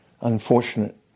unfortunate